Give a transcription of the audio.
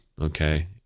Okay